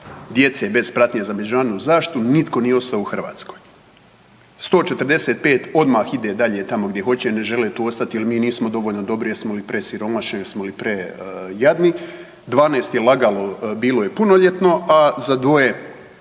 djece bez pratnje za međunarodnom zaštitom nitko nije ostao u Hrvatskoj. 145 odmah ide dalje tamo gdje hoće. Ne žele tu ostati jer mi nismo dovoljno dobri. Jesmo li presiromašni, jesmo li prejadni? 12 je lagalo. Bilo je punoljetno, a za dvoje